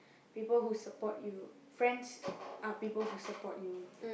people who support you friends are people who support you